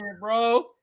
bro